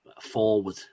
forward